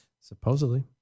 Supposedly